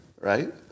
right